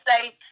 say